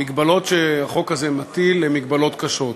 המגבלות שהחוק הזה מטיל הן מגבלות קשות,